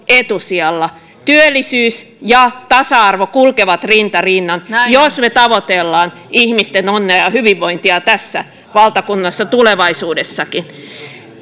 etusijalla työllisyys ja tasa arvo kulkevat rinta rinnan jos me tavoittelemme ihmisten onnea ja hyvinvointia tässä valtakunnassa tulevaisuudessakin